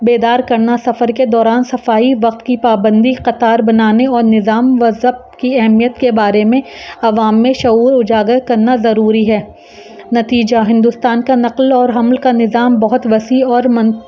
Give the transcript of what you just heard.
بیدار کرنا سفر کے دوران صفائی وقت کی پابندی قطار بنانے اور نظام وضب کی اہمیت کے بارے میں عوام میں شعور اجاگر کرنا ضروری ہے نتیجہ ہندوستان کا نقل اور حمل کا نظام بہت وسیع اور من